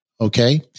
Okay